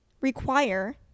require